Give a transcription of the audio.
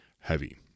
heavy